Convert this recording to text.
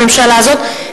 בממשלה הזאת,